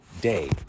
day